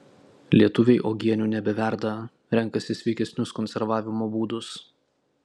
lietuviai uogienių nebeverda renkasi sveikesnius konservavimo būdus